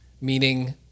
meaning